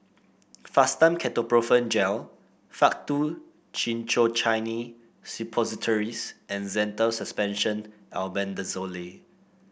Fastum Ketoprofen Gel Faktu Cinchocaine Suppositories and Zental Suspension Albendazole